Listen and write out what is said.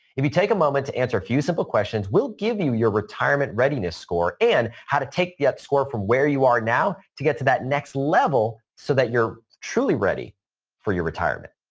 if you take a moment to answer a few simple questions, we'll give you your retirement readiness score and how to take that score from where you are now to get to that next level so that you're truly ready for your retirement.